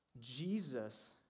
Jesus